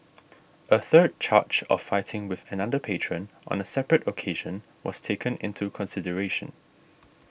a third charge of fighting with another patron on a separate occasion was taken into consideration